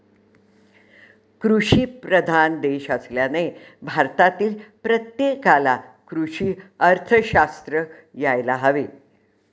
कृषीप्रधान देश असल्याने भारतातील प्रत्येकाला कृषी अर्थशास्त्र यायला हवे